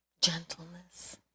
Gentleness